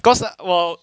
cause 我